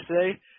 today